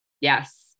Yes